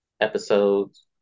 episodes